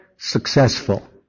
successful